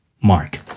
Mark